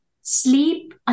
Sleep